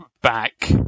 back